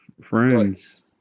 friends